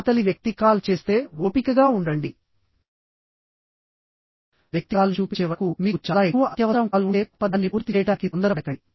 అవతలి వ్యక్తి కాల్ చేస్తే ఓపికగా ఉండండి వ్యక్తి కాల్ని చూపించే వరకు మీకు చాలా ఎక్కువ అత్యవసరం కాల్ ఉంటే తప్ప దాన్ని పూర్తి చేయడానికి తొందరపడకండి